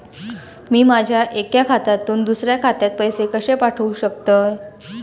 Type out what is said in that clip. मी माझ्या एक्या खात्यासून दुसऱ्या खात्यात पैसे कशे पाठउक शकतय?